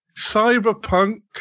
cyberpunk